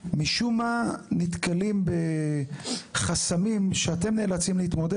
משום מה נתקלים בחסמים שאתם נאלצים להתמודד